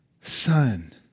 son